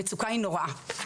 המצוקה היא נוראה.